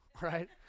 right